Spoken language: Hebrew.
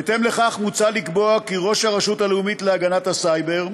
בהתאם לכך מוצע לקבוע כי ראש הרשות הלאומית להגנת הסייבר,